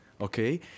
Okay